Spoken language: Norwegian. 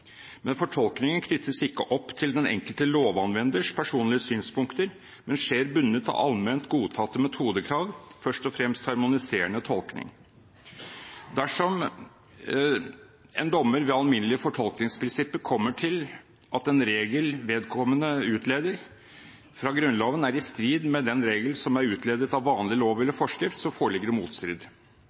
Fortolkningen knyttes ikke opp til den enkelte lovanvenders personlige synspunkter, men skjer bundet av allment godtatte metodekrav, først og fremst harmoniserende tolkning. Dersom en dommer ved alminnelige fortolkningsprinsipper kommer til at en regel vedkommende utleder fra Grunnloven, er i strid med den regel som er utledet av vanlig lov eller forskrift, så foreligger det motstrid.